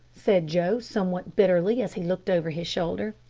said joe, somewhat bitterly, as he looked over his shoulder.